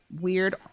weird